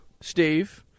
Steve